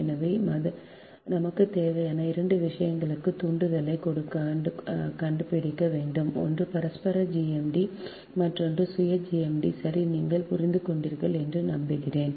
எனவே நமக்குத் தேவையான 2 விஷயங்களுக்குத் தூண்டலைக் கண்டுபிடிக்க வேண்டும் ஒன்று பரஸ்பர GMD மற்றொன்று சுய GMD சரி நீங்கள் புரிந்து கொண்டீர்கள் என்று நம்புகிறேன்